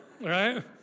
Right